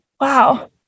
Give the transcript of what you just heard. Wow